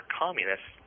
communists